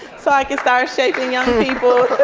so i can start shaping young people